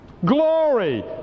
glory